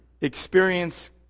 experience